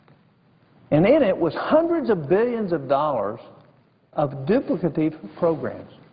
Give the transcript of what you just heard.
in it it was hundreds of billions of dollars of duplicative programs.